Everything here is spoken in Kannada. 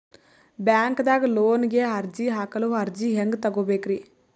ಬ್ಯಾಂಕ್ದಾಗ ಲೋನ್ ಗೆ ಅರ್ಜಿ ಹಾಕಲು ಅರ್ಜಿ ಹೆಂಗ್ ತಗೊಬೇಕ್ರಿ?